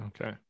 Okay